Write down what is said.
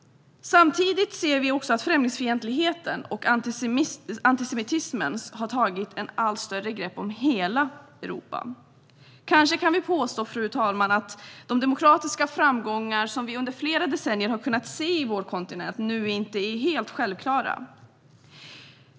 Samtidigt tar främlingsfientligheten och antisemitismen ett allt starkare grepp om hela Europa. Kanske kan man påstå att de demokratiska framgångar som vi under flera decennier har kunnat se på vår kontinent inte längre är självklara.